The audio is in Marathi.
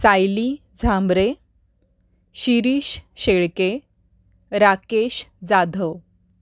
सायली झांब्रे शिरीष शेळके राकेश जाधव